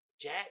Jack